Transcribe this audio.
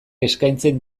eskaintzen